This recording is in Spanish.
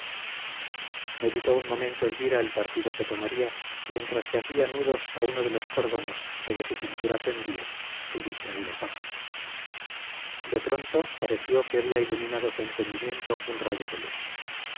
conjeturas meditó un momento elvira el partido que tomaría mientras que hacía nudos a uno de los cordones que de su cintura pendía el distraído paje de pronto pareció que había iluminado su entendimiento un rayo de luz